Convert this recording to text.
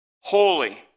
Holy